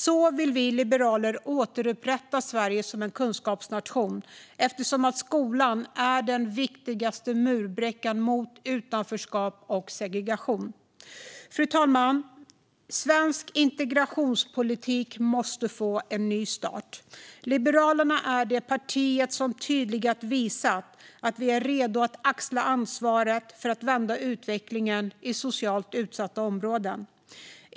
Så vill vi liberaler återupprätta Sverige som en kunskapsnation, eftersom skolan är den viktigaste murbräckan mot utanförskap och segregation. Fru talman! Svensk integrationspolitik måste få en ny start. Liberalerna är det parti som tydligast visat att vi är redo att axla ansvaret för att vända utvecklingen i socialt utsatta områden.